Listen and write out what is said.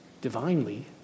divinely